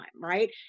right